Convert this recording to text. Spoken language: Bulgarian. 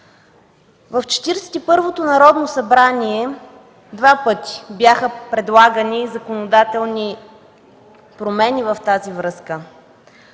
първото Народно събрание два пъти бяха предлагани законодателни промени в тази връзка.